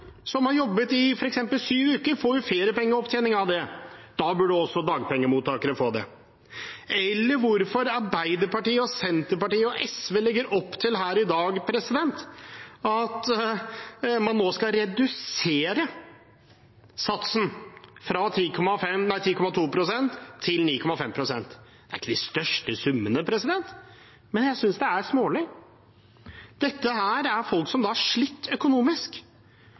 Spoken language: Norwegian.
Da burde også dagpengemottakere få det. Hvorfor legger Arbeiderpartiet, Senterpartiet og SV i dag opp til at man nå skal redusere satsen fra 10,2 pst til 9,5 pst.? Det er ikke de største summene, men jeg synes det er smålig. Dette er folk som har slitt økonomisk.